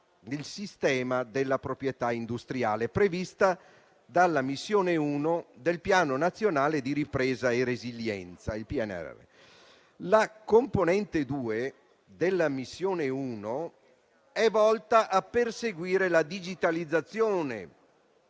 del sistema della proprietà industriale prevista dalla Missione 1 del Piano nazionale di ripresa e resilienza. La componente 2 della Missione 1 è volta a perseguire la digitalizzazione,